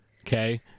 Okay